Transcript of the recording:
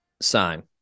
sign